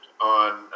on